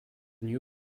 new